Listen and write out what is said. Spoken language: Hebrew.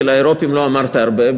כי על האירופים לא אמרת הרבה,